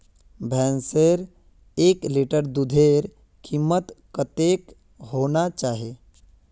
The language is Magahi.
भैंसेर एक लीटर दूधेर कीमत कतेक होना चही?